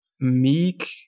meek